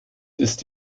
ist